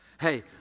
Hey